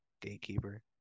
Gatekeeper